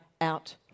out